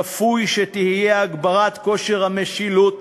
צפוי שתהיה הגברת כושר המשילות